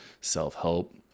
self-help